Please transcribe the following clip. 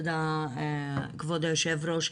תודה כבוד היושב ראש.